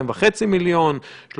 האם לחמישה-שישה מיליון?